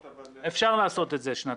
אפשר לעשות את זה שנתיים.